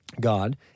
God